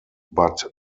but